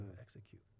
execute